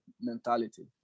mentality